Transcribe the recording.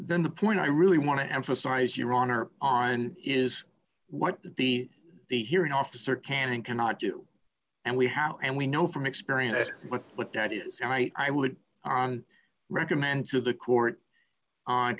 then the point i really want to emphasize your honor on is what the the hearing officer can and cannot do and we have and we know from experience what that is and i would recommend to the court on